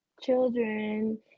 children